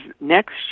next